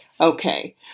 Okay